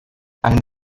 ein